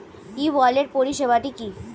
ই wallet পরিষেবাটি কি?